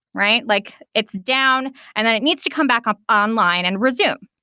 right? like it's down and then it needs to come back up online and resume,